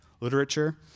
literature